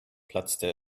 platzte